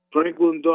Franklin